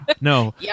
No